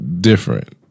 Different